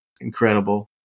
incredible